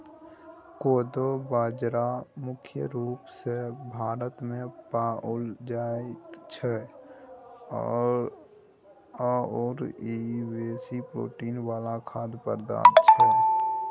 कोदो बाजरा मुख्य रूप सँ भारतमे पाओल जाइत छै आओर ई बेसी प्रोटीन वला खाद्य पदार्थ छै